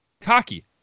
Cocky